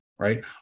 Right